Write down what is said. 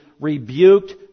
rebuked